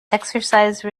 exercise